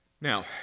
Now